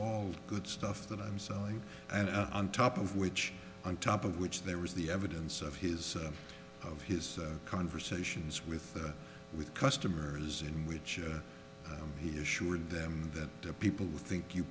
all good stuff that i'm selling and on top of which on top of which there was the evidence of his of his conversations with the with customers in which he assured them that the people who think you